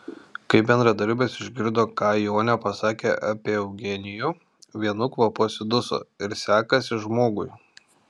kai bendradarbės išgirdo ką jonė pasakė apie eugenijų vienu kvapu atsiduso ir sekasi žmogui